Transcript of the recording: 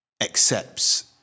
accepts